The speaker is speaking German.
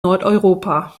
nordeuropa